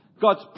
God's